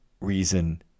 reason